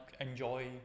enjoy